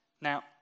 Now